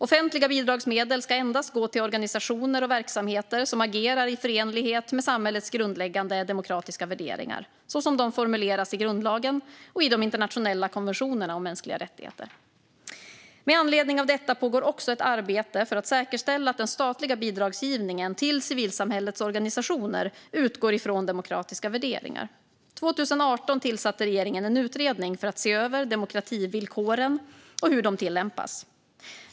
Offentliga bidragsmedel ska endast gå till organisationer och verksamheter som agerar i förenlighet med samhällets grundläggande demokratiska värderingar, så som de formuleras i grundlagen och i de internationella konventionerna om mänskliga rättigheter. Med anledning av detta pågår också ett arbete för att säkerställa att den statliga bidragsgivningen till civilsamhällets organisationer utgår ifrån demokratiska värderingar. År 2018 tillsatte regeringen en utredning för att se över demokrativillkoren och hur de tillämpas.